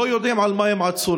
לא יודעים על מה הם עצורים,